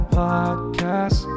podcast